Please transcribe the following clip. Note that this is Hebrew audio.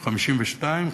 52,